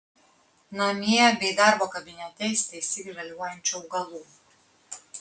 namie bei darbo kabinete įsitaisyk žaliuojančių augalų